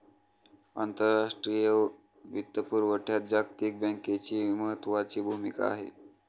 आंतरराष्ट्रीय वित्तपुरवठ्यात जागतिक बँकेची महत्त्वाची भूमिका आहे